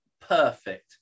perfect